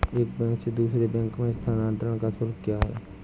एक बैंक से दूसरे बैंक में स्थानांतरण का शुल्क क्या है?